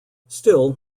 still